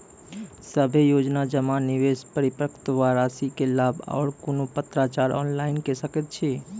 सभे योजना जमा, निवेश, परिपक्वता रासि के लाभ आर कुनू पत्राचार ऑनलाइन के सकैत छी?